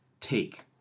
take